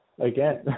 Again